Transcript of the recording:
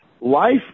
life